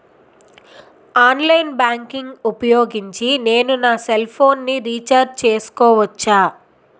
Online banking ఊపోయోగించి నేను నా సెల్ ఫోను ని రీఛార్జ్ చేసుకోవచ్చా?